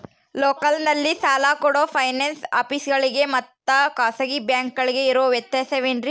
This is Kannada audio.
ಲೋಕಲ್ನಲ್ಲಿ ಸಾಲ ಕೊಡೋ ಫೈನಾನ್ಸ್ ಆಫೇಸುಗಳಿಗೆ ಮತ್ತಾ ಖಾಸಗಿ ಬ್ಯಾಂಕುಗಳಿಗೆ ಇರೋ ವ್ಯತ್ಯಾಸವೇನ್ರಿ?